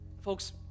folks